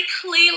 clearly